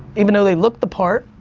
even though they look the part.